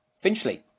Finchley